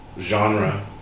genre